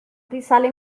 risale